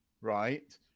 right